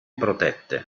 protette